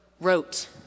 wrote